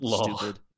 stupid